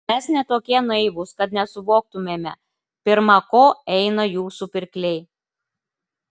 mes ne tokie naivūs kad nesuvoktumėme pirma ko eina jūsų pirkliai